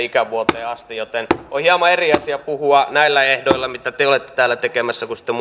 ikävuoteen asti joten on hieman eri asia puhua näistä ehdoista mitä te olette täällä tekemässä kuin sitten